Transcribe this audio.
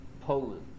Poland